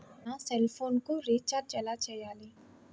నా సెల్ఫోన్కు రీచార్జ్ ఎలా చేయాలి?